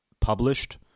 published